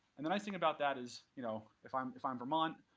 and the nice thing about that is, you know if i'm if i'm vermont,